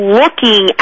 looking